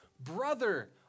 brother